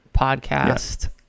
podcast